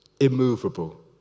immovable